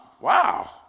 wow